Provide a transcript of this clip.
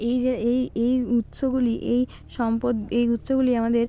এই যে এই এই উৎসগুলি এই সম্পদ এই উৎসগুলি আমাদের